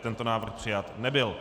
Tento návrh přijat nebyl.